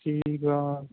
ਠੀਕ ਆ